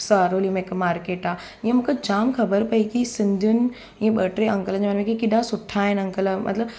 सारोली में हिकु मार्केट आहे इएं मूंखे जामु ख़बरु पई की सिंधियुनि ई ॿ टे अंकल जा की केॾा सुठा आहिनि अंकल मतिलबु